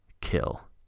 Kill